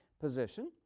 position